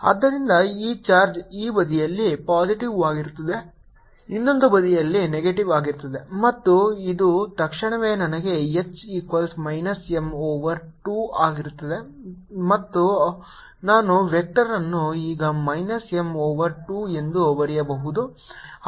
HMcosϕ δs RH0Hinside M2B 0H M 0M2 ಆದ್ದರಿಂದ ಈ charge ಈ ಬದಿಯಲ್ಲಿ ಪಾಸಿಟಿವ್ವಾಗಿರುತ್ತದೆ ಇನ್ನೊಂದು ಬದಿಯಲ್ಲಿ ನೆಗೆಟಿವ್ ಆಗಿರುತ್ತದೆ ಮತ್ತು ಇದು ತಕ್ಷಣವೇ ನನಗೆ H equals minus M over 2 ಆಗಿರಬೇಕು ಅಥವಾ ನಾನು ವೆಕ್ಟರ್ ಅನ್ನು ಈಗ ಮೈನಸ್ M ಓವರ್ 2 ಎಂದು ಬರೆಯಬಹುದು